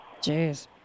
Jeez